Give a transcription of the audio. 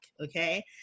okay